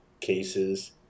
cases